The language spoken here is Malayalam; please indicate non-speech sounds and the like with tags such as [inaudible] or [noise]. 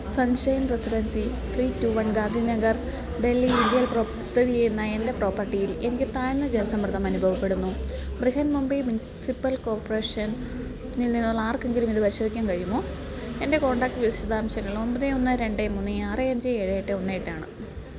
sunshine residency three two one Gandhi Nagar [unintelligible] ഇന്ത്യയിൽ സ്ഥിതി ചെയ്യുന്ന എൻ്റെ പ്രോപ്പർട്ടിയിൽ എനിക്കു താഴ്ന്ന ജലസമ്മർദ്ദം അനുഭവപ്പെടുന്നു ബ്രിഹൻമുംബൈ മുനിസിപ്പൽ കോര്പ്പറേഷനിൽ നിന്നുള്ള ആർക്കെങ്കിലുമിതു പരിശോധിക്കാൻ കഴിയുമോ എൻ്റെ കോൺടാക്റ്റ് വിശദാംശങ്ങൾ ഒമ്പത് ഒന്ന് രണ്ട് മൂന്ന് ആറ് അഞ്ച് ഏഴ് എട്ട് ഒന്ന് എട്ടാണ്